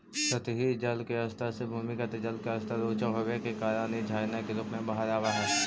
सतही जल के स्तर से भूमिगत जल के स्तर ऊँचा होवे के कारण इ झरना के रूप में बाहर आवऽ हई